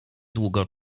długo